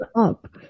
up